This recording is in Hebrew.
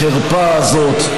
החרפה הזאת,